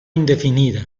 indefinida